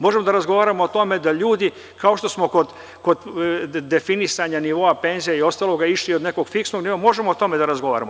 Možemo da razgovaramo o tome da ljudi, kao što smo kod definisanja nivoa penzija i ostaloga išli od nekog fiksnog nivoa, možemo i o tome da razgovaramo.